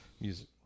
Music